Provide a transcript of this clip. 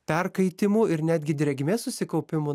perkaitimu ir netgi drėgmės susikaupimu